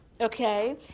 okay